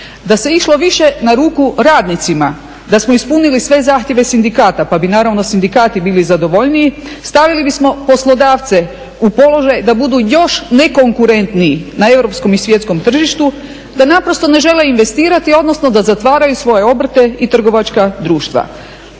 da se išlo više na ruku ranicima da smo ispunili sve zahtjeve sindikata pa bi naravno sindikati bili zadovoljniji, stavili bismo poslodavce u položaj da budu još nekonkurentniji na europskom i svjetskom tržištu da naprosto ne žele investirati odnosno da zatvaraju svoje obrte i trgovačka društva.